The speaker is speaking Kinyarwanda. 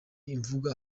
imvugo